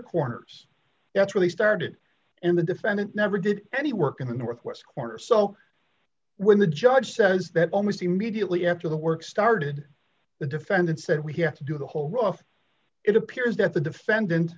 corners that's really started in the defendant never did any work in the northwest corner so when the judge says that almost immediately after the work started the defendant said we have to do the whole row if it appears that the defendant